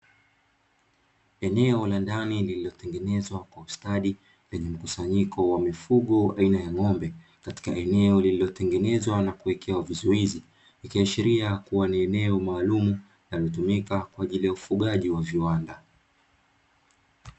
Eneo la ndani lililotengenezwa kwa ustadi lenye mkusanyiko wa mifugo aina ya ng'ombe, katika eneo lililotengenezwa na kuwekewa vizuizi vikiashiria kuwa ni eneo maalumu linalotumika kwa ajili ya ufugaji wa viwanda.